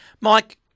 Mike